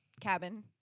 cabin